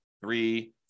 three